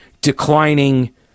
declining